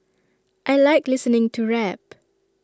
I Like listening to rap